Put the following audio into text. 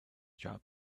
job